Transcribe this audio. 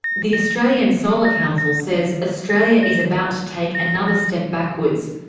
the australian solar council says australia is about to take another step backwards.